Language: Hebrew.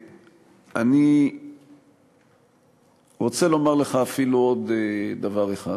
ואני רוצה לומר לך אפילו עוד דבר אחד.